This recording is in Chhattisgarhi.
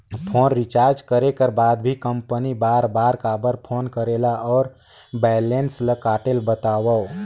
फोन रिचार्ज करे कर बाद भी कंपनी बार बार काबर फोन करेला और बैलेंस ल काटेल बतावव?